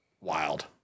Wild